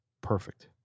perfect